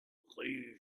rue